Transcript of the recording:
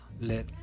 let